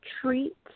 treat